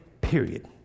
period